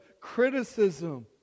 criticism